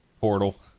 Portal